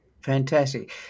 fantastic